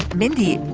mindy,